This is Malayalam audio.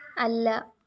അല്ല